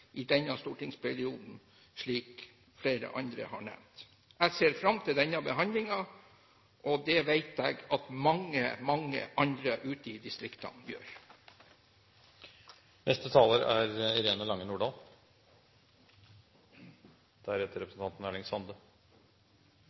i denne stortingsperioden, slik flere andre har nevnt. Jeg ser fram til denne behandlingen, og det vet jeg at mange, mange andre ute i distriktene gjør. Jeg tilhører dem som er